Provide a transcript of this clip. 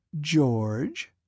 George